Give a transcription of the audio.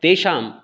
तेषां